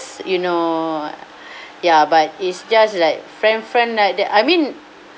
you know uh ya but it's just like friend friend like that I mean